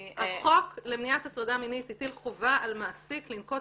החוק למניעת הטרדה מינית הטיל חובה על מעסיק לנקוט